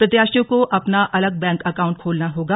प्रत्याशियों को अपना अलग बैंक एकाउण्ट खोलना होगा